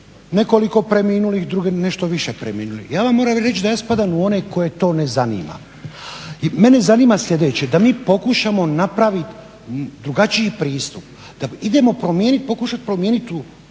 nekoliko preminulih, druge nešto više preminulih. Ja vam moram reći da ja spadam u one koje to ne zanima. Mene zanima sljedeće, da mi pokušamo napraviti drugačiji pristup, da idemo promijeniti, pokušati promijeniti tu